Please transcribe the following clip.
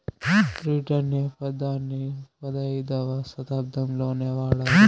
credit అనే పదాన్ని పదైధవ శతాబ్దంలోనే వాడారు